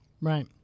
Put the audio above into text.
Right